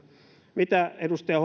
mitä edustaja